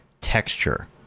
texture